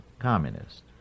Communist